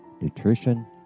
nutrition